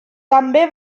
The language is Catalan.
també